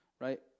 right